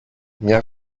μια